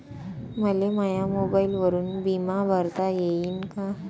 मले माया मोबाईलवरून बिमा भरता येईन का?